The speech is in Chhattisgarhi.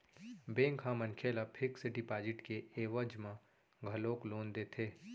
बेंक ह मनखे ल फिक्स डिपाजिट के एवज म घलोक लोन देथे